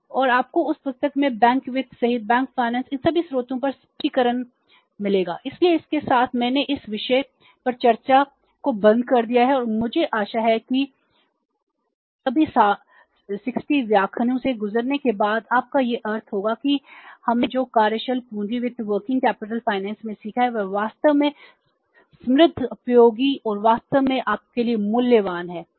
और आपको उस पुस्तक में बैंक वित्त सहित में सीखा है वह वास्तव में समृद्ध उपयोगी और वास्तव में आपके लिए मूल्यवान है